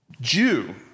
Jew